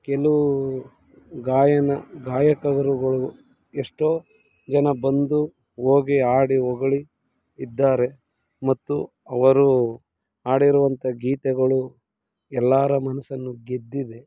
ಕೆಲವು ಗಾಯನ ಗಾಯಕರುಗಳು ಎಷ್ಟೋ ಜನ ಬಂದು ಹೋಗಿ ಹಾಡಿ ಹೊಗಳಿ ಇದ್ದಾರೆ ಮತ್ತು ಅವರು ಆಡಿರುವಂಥ ಗೀತೆಗಳು ಎಲ್ಲರ ಮನಸ್ಸನ್ನು ಗೆದ್ದಿವೆ